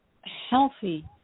healthy